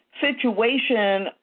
situation